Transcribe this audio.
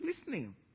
listening